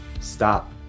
Stop